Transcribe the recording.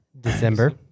december